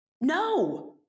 no